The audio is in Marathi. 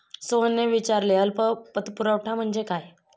सोहनने विचारले अल्प पतपुरवठा म्हणजे काय?